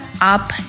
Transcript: up